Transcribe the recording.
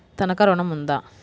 తనఖా ఋణం ఉందా?